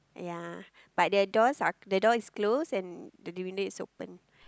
ya but the doors are the door is closed and the window is open